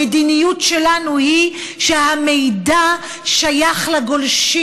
המדיניות שלנו היא שהמידע שייך לגולשים,